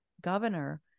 governor